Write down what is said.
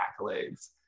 accolades